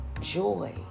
Joy